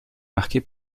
marquée